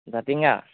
Jatinga